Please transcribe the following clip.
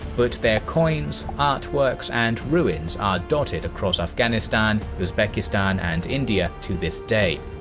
but their coins, artworks and ruins are dotted across afghanistan, uzbekistan and india to this day.